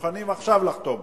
מוכנים עכשיו לחתום,